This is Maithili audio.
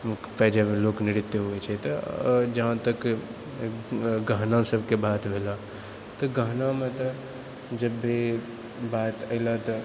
मऽ जब लोकनृत्य होइत छै तऽ आ जहाँ तक गहना सभके बात भेलऽ तऽ गहनामऽ तऽ जब भी बात आयल तऽ